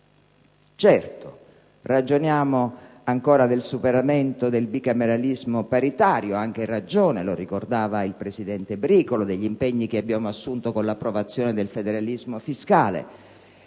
Certo, ragioniamo ancora del superamento del bicameralismo paritario, anche in ragione degli impegni che ricordava il presidente Bricolo e che abbiamo assunto con l'approvazione del federalismo fiscale